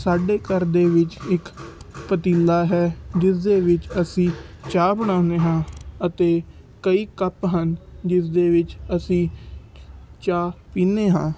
ਸਾਡੇ ਘਰ ਦੇ ਵਿੱਚ ਇੱਕ ਪਤੀਲਾ ਹੈ ਜਿਸਦੇ ਵਿੱਚ ਅਸੀਂ ਚਾਹ ਬਣਾਉਂਦੇ ਹਾਂ ਅਤੇ ਕਈ ਕੱਪ ਹਨ ਜਿਸ ਦੇ ਵਿੱਚ ਅਸੀਂ ਚਾਹ ਪੀਂਦੇ ਹਾਂ